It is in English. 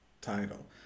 title